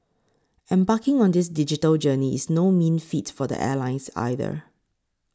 embarking on this digital journey is no mean feat for airlines either